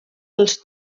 als